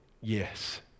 yes